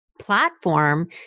platform